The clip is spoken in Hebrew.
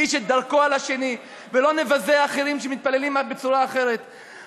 מי יותר מסית ומי יותר אשם ומי לא בסדר עוד יותר ומי לא.